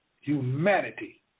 humanity